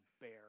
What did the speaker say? bear